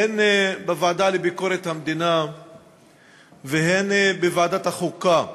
הן בוועדה לביקורת המדינה והן בוועדת החוקה,